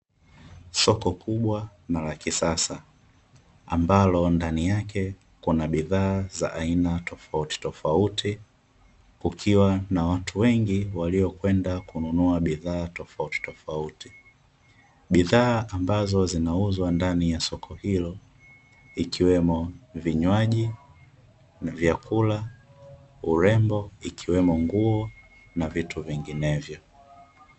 Soko kubwa na la kisasa ambalo ndani yake kuna bidhaa za aina tofauti tofauti, kukiwa na watu wengi waliokwenda kununua bidhaa tofauti tofauti. Bidhaa ambazo zinauzwa ndani ya soko hilo ikiwemo; vinywaji na vyakula, urembo ikiwemo nguo na vitu vinginevyo.